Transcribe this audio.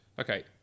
Okay